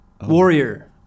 warrior